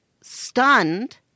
stunned